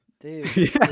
Dude